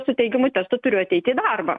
su teigiamu testu turiu ateiti į darbą